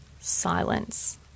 silence